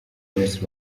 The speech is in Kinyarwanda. miss